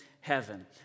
heaven